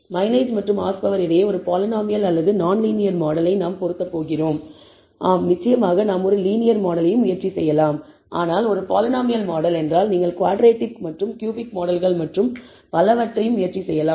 mileage மற்றும் horse power இடையே ஒரு பாலினாமியல் அல்லது நான்லீனியர் மாடல் நாம் பொருத்தப் போகிறோம் ஆம் நிச்சயமாக நாம் ஒரு லீனியர் மாடலையும் முயற்சி செய்யலாம் ஆனால் ஒரு பாலினாமியல் மாடல் என்றால் நீங்கள் குவாட்ரடிக் மற்றும் க்யூபிக் மாடல்கள் மற்றும் பலவற்றையும் முயற்சி செய்யலாம்